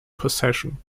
possession